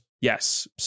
yes